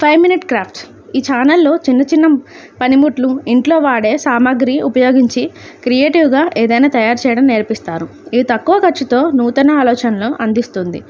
five minute crafts ఈ ఛానల్లో చిన్న చిన్న పనిముట్లు ఇంట్లో వాడే సామాగ్రి ఉపయోగించి క్రియేటివ్గా ఏదైనా తయారు చేయడం నేర్పిస్తారు ఇది తక్కువ ఖర్చుతో నూతన ఆలోచనలు అందిస్తుంది